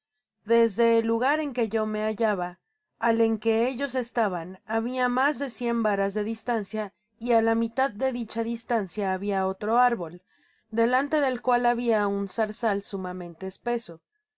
desde el lugar en que yo me hallaba al en que ellos estaban habia mas de cien varas de distancia y á la mitad de dicha distancia habia otro árbol delante del cual habia m zarzal sumamente espeso vi